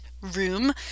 room